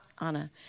Anna